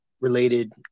related